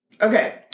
Okay